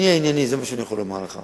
אני אהיה ענייני, זה מה שאני יכול לומר לך.